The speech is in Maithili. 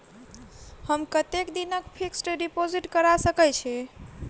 हम कतेक दिनक फिक्स्ड डिपोजिट करा सकैत छी?